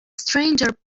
stranger